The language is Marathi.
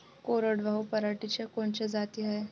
कोरडवाहू पराटीच्या कोनच्या जाती हाये?